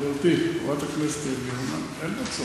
חברתי חברת הכנסת יעל גרמן: אין בו צורך.